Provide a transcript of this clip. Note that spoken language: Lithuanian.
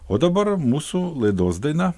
o dabar mūsų laidos daina